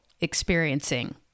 experiencing